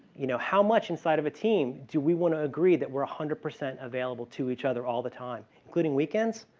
you know how much inside of a team do we want to agree that we're one hundred percent available to each other all the time, including weekends.